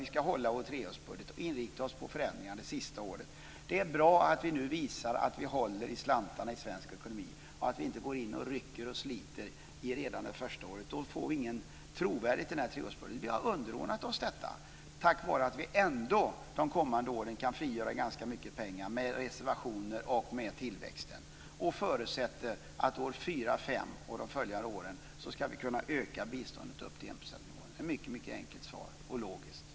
Vi ska hålla vår treårsbudget och inrikta oss på förändringar det sista året. Det är bra att vi nu visar att vi håller i slantarna i svensk ekonomi och inte går in och rycker och sliter redan det första året. Då får vi ingen trovärdighet i treårsbudgeten. Vi har underordnat oss detta tack vare att vi ändå under de kommande åren kan frigöra ganska mycket pengar med reservationer och med tillväxt. Vi förutsätter att vi år 4 och 5 och de följande åren ska kunna öka biståndet upp till enprocentsnivån. Det är ett mycket enkelt och logiskt svar.